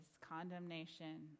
condemnation